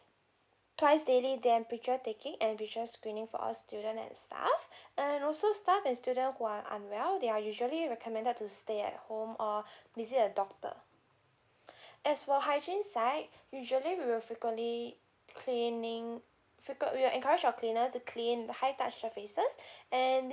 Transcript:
twice daily temperature taking and visual screening for all student and staff and also staff and student who are unwell they are usually recommended to stay at home or visit a doctor as for hygiene side usually we will frequently cleaning freque~ we're encourage our cleaner to clean the high touch surfaces and